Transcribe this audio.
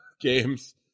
games